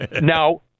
Now